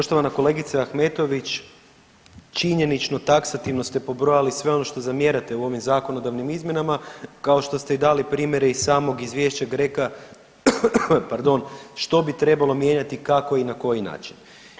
Poštovana kolegice Ahmetović, činjenično, taksativno ste pobrojali sve ono što zamjerate u ovim zakonodavnim izmjenama kao što ste i dali primjere iz samog izvješća GRECO-a, pardon, što bi trebalo mijenjati, kako i na koji način.